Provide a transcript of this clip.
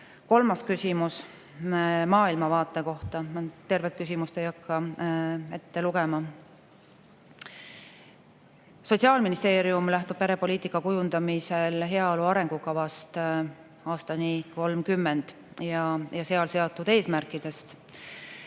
Kolmas küsimus maailmavaate kohta. Ma tervet küsimust ei hakka ette lugema. Sotsiaalministeerium lähtub perepoliitika kujundamisel heaolu arengukavast aastani 2030 ja seal seatud eesmärkidest.